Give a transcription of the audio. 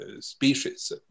species